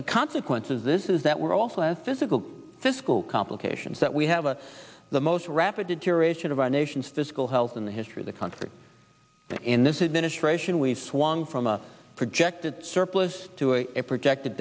the consequences this is that we're also physical fiscal complications that we have a the most rapid deterioration of our nation's fiscal health in the history of the country in this administration we've swung from a projected surplus to a projected